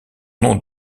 nom